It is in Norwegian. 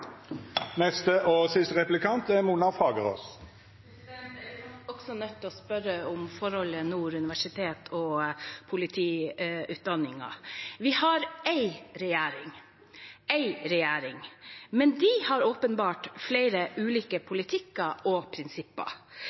Jeg er nok også nødt til å spørre om forholdet mellom Nord universitet og politiutdanningen. Vi har én regjering – én regjering. Men de har åpenbart flere ulike politikker og prinsipper.